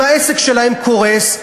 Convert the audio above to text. אם העסק שלהם קורס,